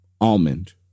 almond